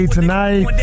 tonight